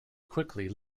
quickly